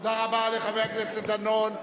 תודה רבה לחבר הכנסת דנון.